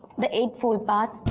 the eightfold path